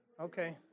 Okay